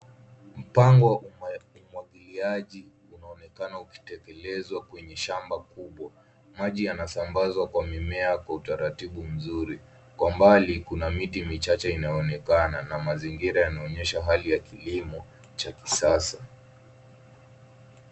Mpango wa umwagiliaji unaonekana ukitekelezwa kwenye shamba kubwa. Maji yanasambazwa kwa mimea kwa utaratibu mzuri. Kwa mbali, kuna miti michache inaonekana na mazingira yanaonyesha hali ya kilimo cha kisasa.